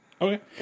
Okay